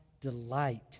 delight